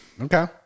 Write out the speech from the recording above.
Okay